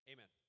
Amen